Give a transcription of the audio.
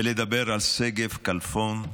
אני רוצה להוסיף עוד 20 שניות ולדבר על שגב כלפון,